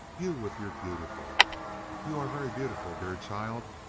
you with your beautiful you are very beautiful, dear child.